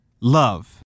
Love